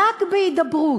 רק בהידברות.